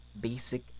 basic